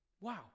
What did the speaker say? Wow